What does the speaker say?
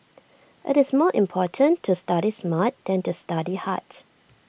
IT is more important to study smart than to study hard